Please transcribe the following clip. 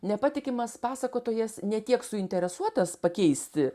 nepatikimas pasakotojas ne tiek suinteresuotas pakeisti